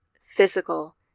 physical